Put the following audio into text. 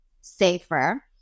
safer